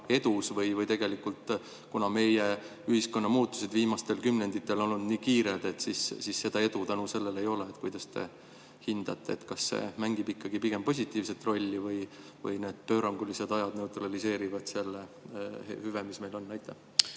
edu või tegelikult, kuna meie ühiskonna muutused viimastel kümnenditel on olnud nii kiired, seda edu ei ole? Kuidas te hindate: kas see ikkagi mängib positiivset rolli või need pöörangulised ajad neutraliseerivad selle hüve, mis meil on? Aitäh!